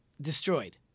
destroyed